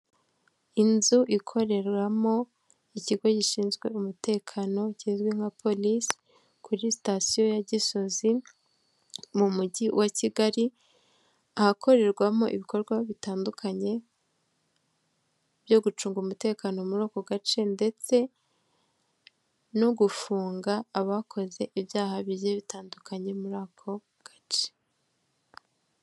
Inzu ikoreramo ikigo gishinzwe umutekano kizwi nka polisi, kuri sitasiyo ya Gisozi mu mujyi wa Kigali. Ahakorerwamo ibikorwa bitandukanye byo gucunga umutekano muri ako gace ndetse no gufunga abakoze ibyaha bigiye bitandukanye muri ako gace.